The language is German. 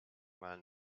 mal